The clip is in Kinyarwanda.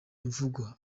imvugo